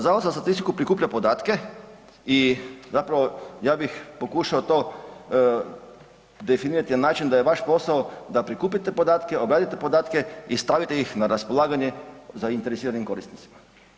Zavod za statistiku prikuplja podatke i zapravo ja bih pokušao to definirati na način da je vaš posao da prikupite podatke, obradite u podatke i stavite ih na raspolaganje zainteresiranim korisnicima.